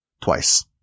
twice